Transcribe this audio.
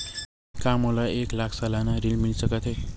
का मोला एक लाख सालाना ऋण मिल सकथे?